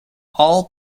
all